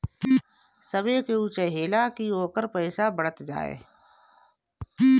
सभे केहू चाहेला की ओकर पईसा बढ़त जाए